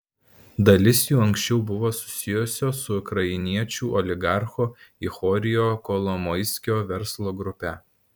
dalis jų anksčiau buvo susijusios su ukrainiečių oligarcho ihorio kolomoiskio verslo grupe